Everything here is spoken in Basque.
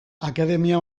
akademia